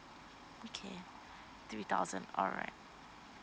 okay three thousand alright